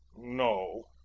no.